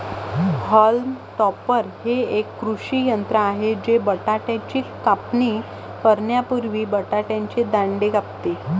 haulm topper हे एक कृषी यंत्र आहे जे बटाट्याची कापणी करण्यापूर्वी बटाट्याचे दांडे कापते